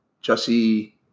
Jesse